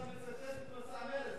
אתה מצטט את מצע מרצ,